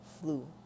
Flu